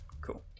Cool